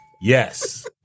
Yes